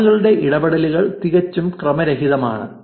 ആളുകളുടെ ഇടപെടലുകൾ തികച്ചും ക്രമരഹിതമാണ്